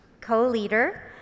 co-leader